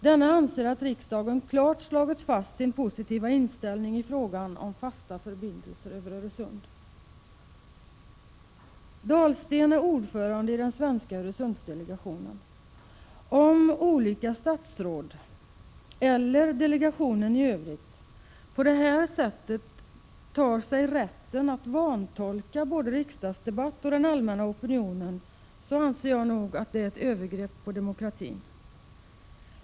Han anser att riksdagen klart har slagit fast sin positiva inställning i frågan om 33 fasta förbindelser över Öresund. Dahlsten är ordförande i den svenska Öresundsdelegationen. Om olika statsråd, eller delegationen i övrigt, på detta sätt tar sig rätten att vantolka både riksdagsdebatt och den allmänna opinionen, anser jag att det är ett övergrepp på demokratin.